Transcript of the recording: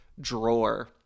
drawer